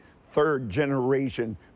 third-generation